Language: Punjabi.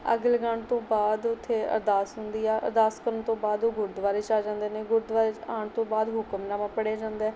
ਅੱਗ ਲਗਾਉਣ ਤੋਂ ਬਾਅਦ ਉੱਥੇ ਅਰਦਾਸ ਹੁੰਦੀ ਆ ਅਰਦਾਸ ਕਰਨ ਤੋਂ ਬਾਅਦ ਉਹ ਗੁਰਦੁਆਰੇ 'ਚ ਆ ਜਾਂਦੇ ਨੇ ਗੁਰਦੁਆਰੇ ਆਉਣ ਤੋਂ ਬਾਅਦ ਹੁਕਮਨਾਮਾ ਪੜ੍ਹਿਆ ਜਾਂਦਾ